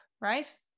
right